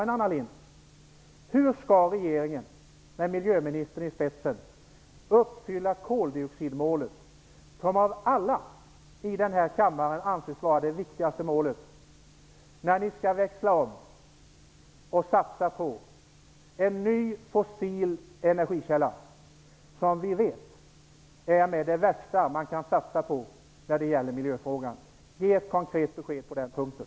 Men hur, Anna Lindh, skall regeringen med miljöministern i spetsen uppfylla koldioxidmålet, som av alla i den här kammaren anses vara det viktigaste målet, när ni skall växla om till och satsa på en ny fossil energikälla som vi vet är bland det värsta man kan satsa på när det gäller miljöfrågan? Ge ett konkret besked på den punkten!